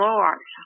Lord